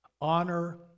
honor